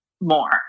more